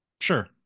Sure